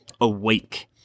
awake